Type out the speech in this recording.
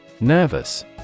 Nervous